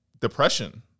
depression